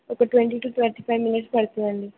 ఒక twenty two thirty five minutes పడుతుందండి